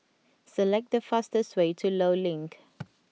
select the fastest way to Law Link